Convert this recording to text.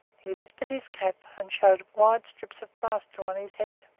he lifted his cap and showed wide strips of plaster on his head.